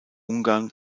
ungarn